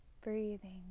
breathing